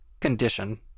condition